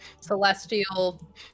Celestial